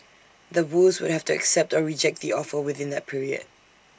The Woos would have to accept or reject the offer within that period